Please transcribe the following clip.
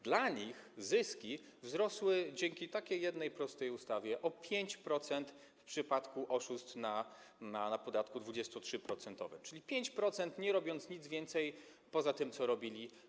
Dla nich zyski wzrosły dzięki takiej jednej prostej ustawie o 5% w przypadku oszustw na podatku 23-procentowym, czyli 5% zyskały, nie robiąc nic więcej poza tym, co robiły.